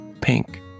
pink